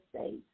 states